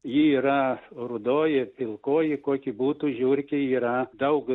ji yra rudoji pilkoji kokia būtų žiurkė yra daug